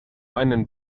einen